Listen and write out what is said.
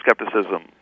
skepticism